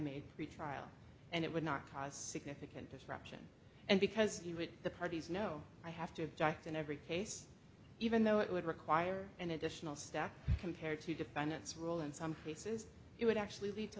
made the trial and it would not cause significant disruption and because the parties know i have to object in every case even though it would require an additional stack compared to defendant's role in some cases it would actually lead to